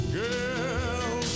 girl